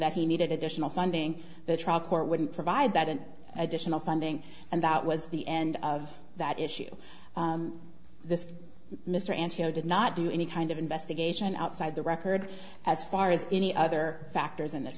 that he needed additional funding the trial court wouldn't provide that an additional funding and that was the end of that issue this mr ancho did not do any kind of investigation outside the record as far as any other factors in this